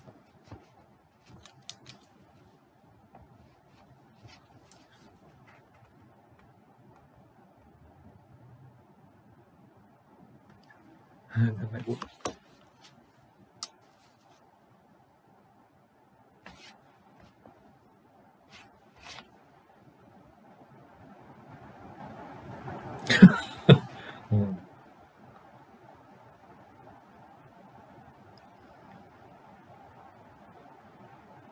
the network mm